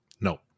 No